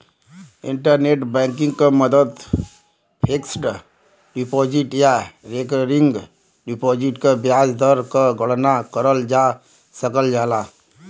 internet banking क मदद fixed deposit या रेकरिंग डिपाजिट क ब्याज दर क गणना करल जा सकल जाला